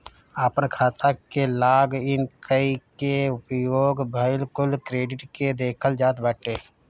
आपन खाता के लॉग इन कई के उपयोग भईल कुल क्रेडिट के देखल जात बाटे